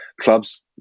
clubs